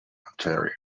ontario